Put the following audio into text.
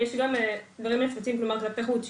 יש דברים נפוצים כלפי חוץ,